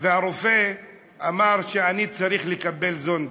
והרופא אמר שאני צריך לקבל זונדה.